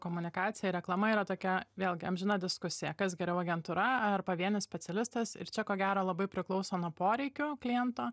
komunikacija reklama yra tokia vėlgi amžina diskusija kas geriau agentūra ar pavienis specialistas ir čia ko gero labai priklauso nuo poreikių kliento